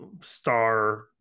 star